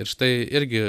ir štai irgi